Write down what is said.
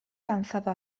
lanzado